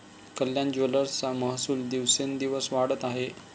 कल्याण ज्वेलर्सचा महसूल दिवसोंदिवस वाढत आहे